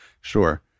sure